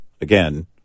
again